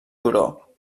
turó